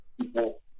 people